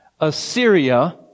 Assyria